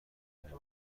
نمیرم